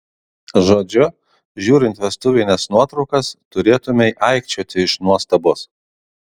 žodžiu žiūrint vestuvines nuotraukas turėtumei aikčioti iš nuostabos